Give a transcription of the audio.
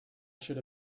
should